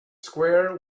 square